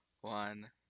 one